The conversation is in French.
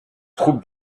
troupe